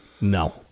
no